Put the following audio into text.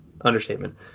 understatement